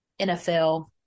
NFL